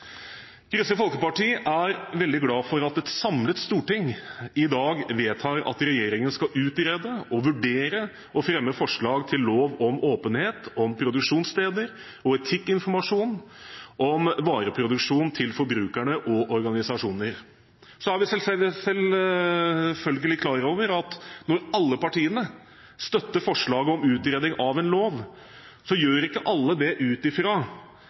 Kristelig Folkeparti er veldig glad for at et samlet storting i dag vedtar at regjeringen skal utrede og vurdere å fremme forslag til en lov om åpenhet om produksjonssteder, om etikkinformasjon og om vareproduksjon, til forbrukere og organisasjoner. Vi er selvfølgelig klar over at når alle partiene støtter forslaget om utredning av en lov, så gjør ikke alle det ut